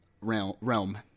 realm